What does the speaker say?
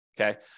Okay